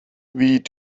wie